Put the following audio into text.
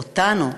"אותנו"